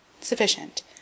Sufficient